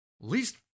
least